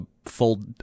Fold